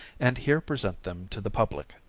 and here present them to the public.